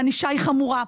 הענישה חמורה.